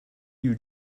you